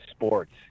sports